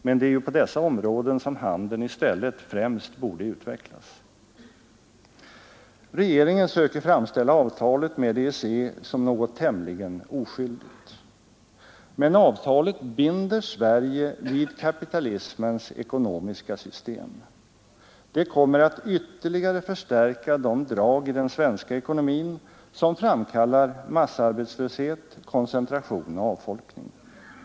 Men det är ju på dessa områden som handeln i stället främst borde utvecklas. Regeringen söker framställa avtalet med EEC som något tämligen oskyldigt. Men avtalet binder Sverige vid kapitalismens ekonomiska system. Det kommer att ytterligare förstärka de drag i den svens ekonomin som framkallar massarbetslöshet, koncentration och avfolkning.